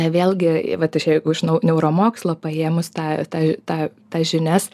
vėlgi vat iš jeigu iš neu neuromokslo paėmus tą tą tą tas žinias